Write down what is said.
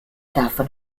davon